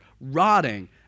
rotting